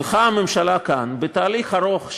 הלכה הממשלה כאן בתהליך ארוך,